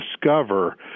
discover